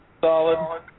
solid